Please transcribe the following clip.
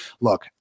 look